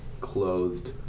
clothed